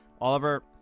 Oliver